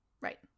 Right